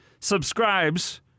subscribes